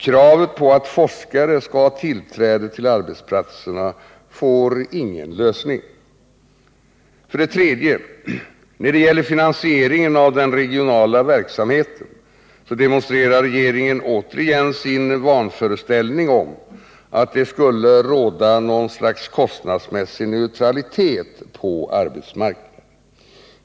Kravet på att forskare skall ha tillträde till arbetsplatserna tillgodoses inte. 3. När det gäller finansieringen av den regionala verksamheten demonstrerar regeringen återigen sin vanföreställning om att det skulle råda något slags kostnadsmässig neutralitet på arbetsmarknaden.